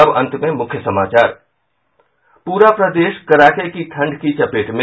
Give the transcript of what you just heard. और अब अंत में मुख्य समाचार पूरा प्रदेश कड़ाके की ठंड की चपेट में